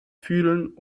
fühlen